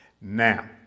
Now